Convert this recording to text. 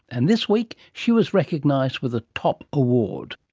and this week she was recognised with a top award.